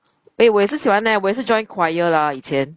eh 我也是喜欢 leh 我也是 join choir leh 以前